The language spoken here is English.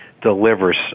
delivers